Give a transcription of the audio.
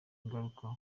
ingaruka